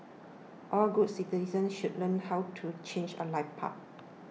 all good citizens should learn how to change a light bulb